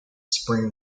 spring